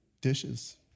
dishes